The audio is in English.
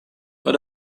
but